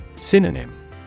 Synonym